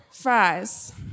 fries